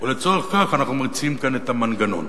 ולצורך כך אנחנו מציעים כאן את המנגנון.